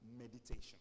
meditation